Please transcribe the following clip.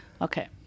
Okay